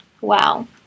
Wow